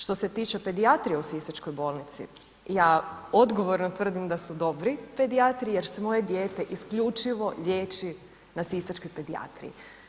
Što se tiče pedijatrije u sisačkoj bolnici ja odgovorno tvrdim da su dobri pedijatri jer svoje dijete isključivo liječim na sisačkoj pedijatriji.